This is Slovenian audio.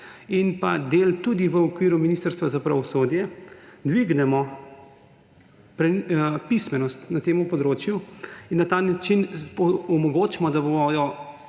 da del tudi v okviru Ministrstva za pravosodje ‒, dvignemo pismenost na tem področju in na ta način omogočimo, da bodo